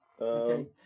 Okay